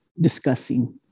discussing